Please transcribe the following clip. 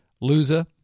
loser